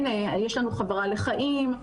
הנה יש לנו חברה לחיים,